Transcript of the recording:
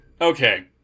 Okay